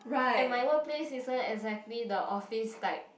and my workplace isn't exactly the office type